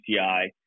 PCI